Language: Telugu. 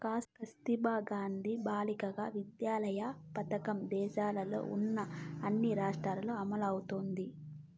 కస్తుర్బా గాంధీ బాలికా విద్యాలయ పథకం దేశంలో ఉన్న అన్ని రాష్ట్రాల్లో అమలవుతోంది